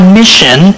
mission